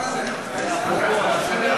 מה זה, הצעה לסדר-היום?